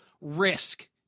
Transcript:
risk